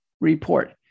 report